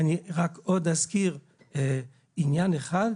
אני רק אזכיר עוד עניין אחד,